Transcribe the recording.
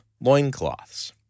loincloths